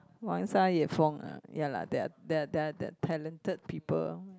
ah ya lah they're they're they're they're talented people lor